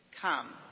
Come